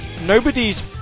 nobody's